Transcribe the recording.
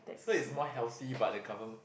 so is more healthy but the government